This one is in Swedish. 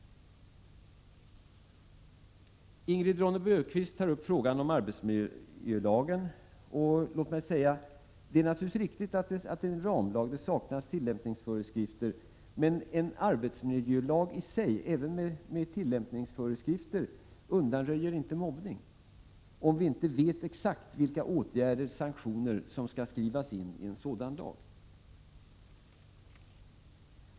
Ingrid Ronne-Björkqvist tar upp frågan om arbetsmiljölagen. Låt mig säga att det naturligtvis är riktigt att den är en ramlag och att det saknas tillämpningsföreskrifter. Men en arbetsmiljölag i sig — även med tillämpningsföreskrifter — undanröjer inte mobbning, om vi inte vet exakt vilka åtgärder och sanktioner som skall skrivas in i en sådan lag.